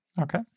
Okay